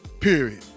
period